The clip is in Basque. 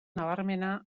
nabarmena